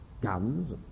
guns